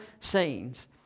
sayings